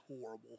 horrible